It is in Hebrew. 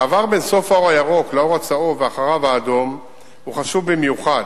המעבר בין סוף האור הירוק לאור הצהוב ואחריו האדום הוא חשוב במיוחד,